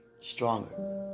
stronger